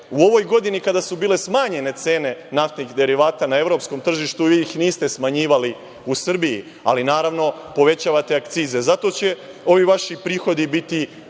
U ovoj godini kada su bile smanjene cene naftnih derivata na evropskom tržištu, vi ih niste smanjivali u Srbiji, ali naravno, povećavate akcize. Zato će ovi vaši prihodi biti